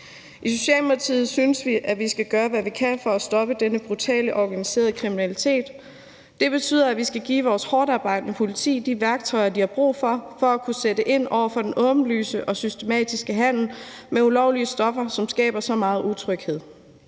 I Socialdemokratiet synes vi, at vi skal gøre, hvad vi kan, for at stoppe denne brutale, organiserede kriminalitet. Det betyder, at vi skal give vores hårdtarbejdende politi de værktøjer, det har brug for, for at kunne sætte ind over for den åbenlyse og systematiske handel med ulovlige stoffer, som skaber så meget utryghed.